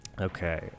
Okay